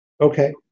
Okay